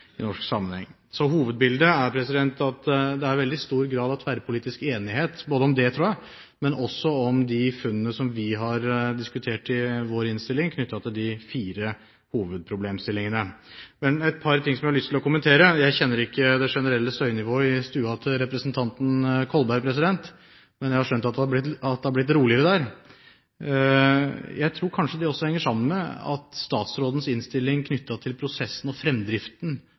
i helsepolitikken i norsk sammenheng. Hovedbildet er at det er veldig stor grad av tverrpolitisk enighet, både om det – tror jeg – og også om de funnene som vi har diskutert i vår innstilling knyttet til de fire hovedproblemstillingene. Det er et par ting som jeg har lyst til å kommentere. Jeg kjenner ikke det generelle støynivået i stua til representanten Kolberg, men jeg har skjønt at det har blitt roligere der. Jeg tror kanskje det også henger sammen med at statsrådens innstilling knyttet til prosessen og fremdriften